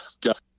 got